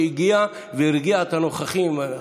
שהגיע והרגיע את הנוכחים.